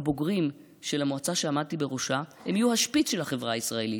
הבוגרים של המועצה שעמדתי בראשה יהיו השפיץ של החברה הישראלית.